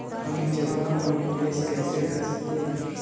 हम जमा और निवेश कैसे कर सकते हैं?